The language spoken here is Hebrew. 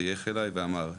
חייך אליי ואמר,